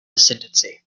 ascendancy